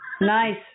Nice